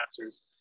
answers